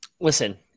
Listen